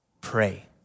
pray